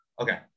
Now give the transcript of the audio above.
okay